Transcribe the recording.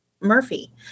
Murphy